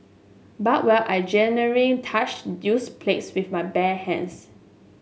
but while I gingering touched used plates with my bare hands